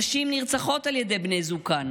נשים נרצחות על ידי בני זוגן,